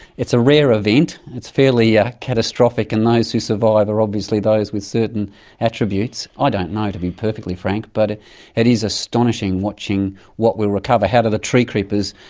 it's a rare event, it's fairly yeah catastrophic and those who survive are obviously those with certain attributes. i don't know, to be perfectly frank, but it is astonishing watching what will recover. how do the tree creepers,